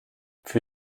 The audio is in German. für